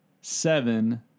seven